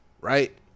right